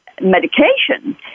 medication